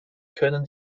können